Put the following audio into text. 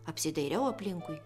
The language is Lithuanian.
apsidairiau aplinkui